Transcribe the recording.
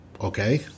Okay